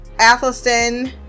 athelstan